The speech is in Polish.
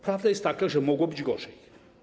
Prawda jest taka, że mogło być gorzej.